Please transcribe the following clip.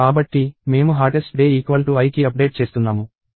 కాబట్టి మేము hottest day i కి అప్డేట్ చేస్తున్నాము